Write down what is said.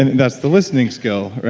and that's the listening skill, right?